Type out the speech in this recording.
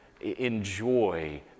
enjoy